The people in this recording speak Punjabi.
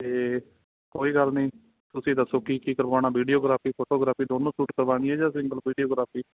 ਅਤੇ ਕੋਈ ਗੱਲ ਨਹੀਂ ਤੁਸੀਂ ਦੱਸੋ ਕਿ ਕੀ ਕਰਵਾਉਣਾ ਵੀਡੀਓਗ੍ਰਾਫੀ ਫੋਟੋਗ੍ਰਾਫੀ ਦੋਨੋਂ ਸੂਟ ਕਰਵਾਉਣੀ ਆ ਜਾਂ ਸਿੰਗਲ ਵੀਡੀਓਗ੍ਰਾਫੀ